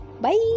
Bye